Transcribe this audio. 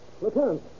Lieutenant